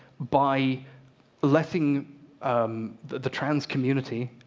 by letting the trans community,